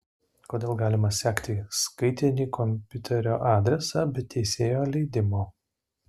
kodėl galima sekti skaitinį komopiuterio adresą be teisėjo leidimo